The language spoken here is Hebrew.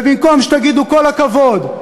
ובמקום שתגידו כל הכבוד,